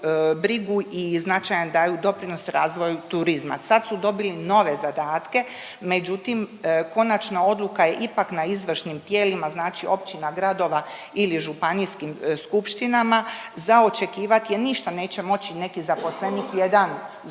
i značajan daju doprinos razvoju turizma. Sad su dobili nove zadatke, međutim, konačna odluka je ipak na izvršnim tijelima, znači općina, gradova ili županijskim skupštinama. Za očekivati je, ništa neće moći neki zaposlenik, jedan zaposlenik,